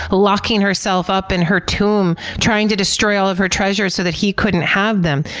locking herself up in her tomb, trying to destroy all of her treasure so that he couldn't have them.